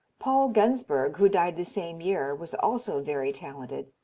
paul gunsberg, who died the same year, was also very talented.